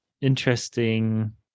interesting